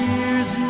Year's